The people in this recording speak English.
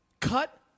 cut